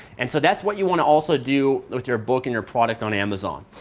and so that's what you want to also do with your book and your product on amazon.